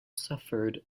suffered